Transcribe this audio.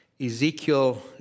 Ezekiel